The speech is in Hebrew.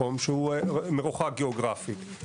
מקום שהוא מרוחק גיאוגרפית.